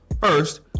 First